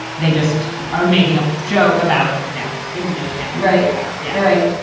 they just are making a joke about the family. they didn't know the family right back yeah. all right.